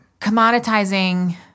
Commoditizing